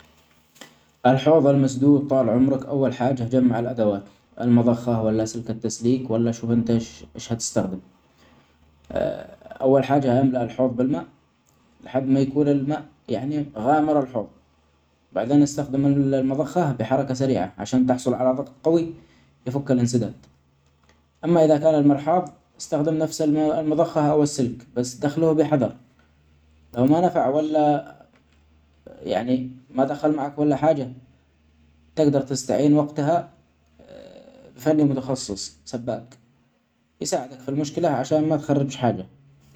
الحوض المسدود طال عمرك أول حاجه جمع الأدوات ،المظخة ،ولا سلك التسليك، ولاشوف أنت ايش-ايش هتستخدم .أول حاجه هملي الحوض بالماء لحد ما يكون الماء يعني غامر الحوض ،بعدين استخدم المظخه بحركة سريعة عشان تخصل علي ظغط قوي عشان يفك الانسداد ، أما إذا كان المرحاض أستخدم نفس ال-المضخه أو السلك بس دخله بحظر ما نفع ولا يعني ما دخل معك ولا حاجة تجدر تستعين وقتها بفني متخصص سباك يساعدك في المشكلة عشان ما تخربش حاجه.